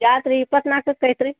ಜಾತ್ರೆ ಇಪ್ಪತ್ನಾಲ್ಕಕ್ಕೆ ಐತಿ ರೀ